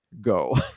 Go